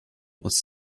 was